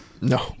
No